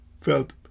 felt